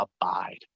abide